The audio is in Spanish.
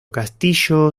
castillo